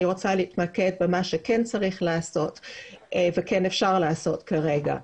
אני רוצה להתמקד במה שכן צריך לעשות וכן אפשר לעשות כרגע.